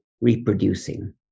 reproducing